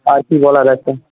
আর কি বলার আছে